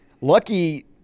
lucky